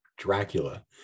Dracula